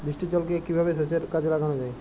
বৃষ্টির জলকে কিভাবে সেচের কাজে লাগানো যায়?